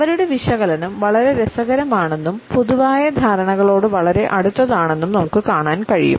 അവരുടെ വിശകലനം വളരെ രസകരമാണെന്നും പൊതുവായ ധാരണകളോട് വളരെ അടുത്താണെന്നും നമുക്ക് കാണാൻ കഴിയും